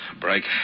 Break